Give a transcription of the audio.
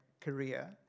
career